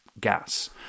gas